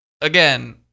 again